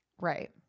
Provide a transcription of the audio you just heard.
right